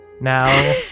now